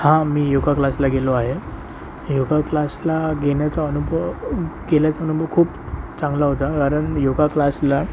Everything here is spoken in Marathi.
हां मी योगा क्लासला गेलो आहे योगा क्लासला गेल्याचा अनुभव गेल्याचा अनुभव खूप चांगला होता कारण योगा क्लासला